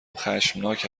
خشمناک